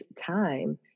time